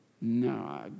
No